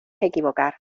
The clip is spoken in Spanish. equivocar